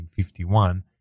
1951